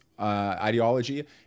ideology